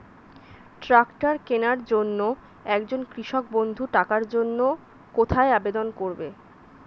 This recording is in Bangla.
ট্রাকটার কিনার জন্য একজন কৃষক বন্ধু টাকার জন্য কোথায় আবেদন করবে?